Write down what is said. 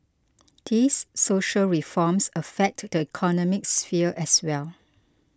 these social reforms affect the economic sphere as well